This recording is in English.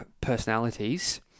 personalities